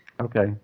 Okay